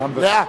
לאה.